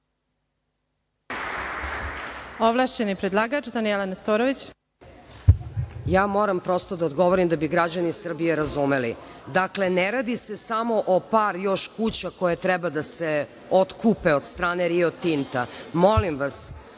Nestorović. **Danijela Nestorović** Moram prosto da odgovorim da bi građani Srbije razumeli. Dakle, ne radi se samo o još par kuća koje treba da se otkupe od strane Rio Tinta. Molim vas,